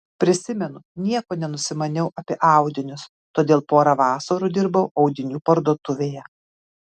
prisimenu nieko nenusimaniau apie audinius todėl porą vasarų dirbau audinių parduotuvėje